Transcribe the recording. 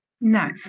No